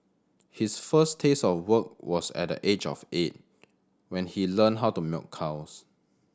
his first taste of work was at the age of eight when he learned how to milk cows